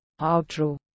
Outro